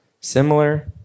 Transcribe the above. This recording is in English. similar